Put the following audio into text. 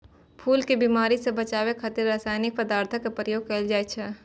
फूल कें बीमारी सं बचाबै खातिर रासायनिक पदार्थक प्रयोग कैल जाइ छै